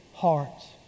hearts